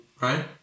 Right